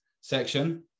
section